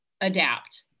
adapt